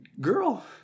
Girl